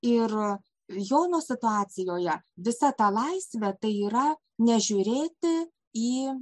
ir jono situacijoje visa ta laisvė tai yra nežiūrėti į